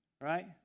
right